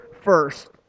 first